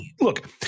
Look